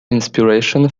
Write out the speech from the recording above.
inspiration